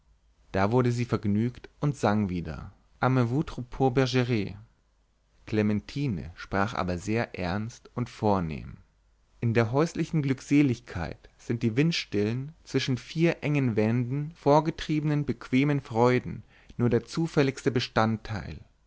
da wurde sie vergnügt und sang wieder amenez vos troupeaux bergres clementine sprach aber sehr ernst und vornehm in der häuslichen glückseligkeit sind die windstillen zwischen vier engen wänden vorgetriebnen bequemen freuden nur der zufälligste bestandteil